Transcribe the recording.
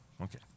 Okay